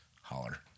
holler